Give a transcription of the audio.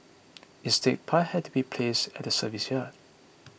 instead pipes had to be placed at the service yard